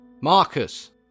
Marcus